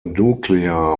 nuclear